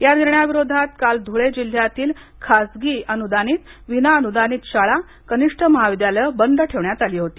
या निर्णयाविरोधात काल धुळे जिल्हयातील खासगी अनुदानित विना अनुदानीत शाळा कनिष्ठ महाविद्यालये बंद ठेवण्यात आली होती